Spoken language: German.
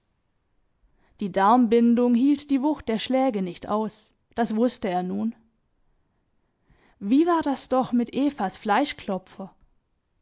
die darmbindung hielt die wucht der schläge nicht aus das wußte er nun wie war das doch mit evas